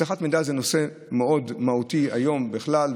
אבטחת מידע זה נושא מאוד מהותי היום בכלל,